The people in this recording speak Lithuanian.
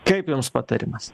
kaip jums patarimas